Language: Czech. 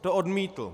To odmítl.